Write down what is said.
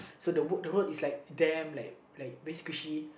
so the road is like damn like like very squishy